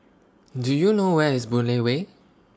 Do YOU know Where IS Boon Lay Way